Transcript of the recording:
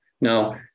Now